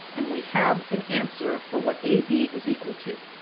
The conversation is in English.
and we have an answer for what ab is equal to.